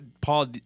Paul